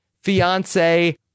Fiance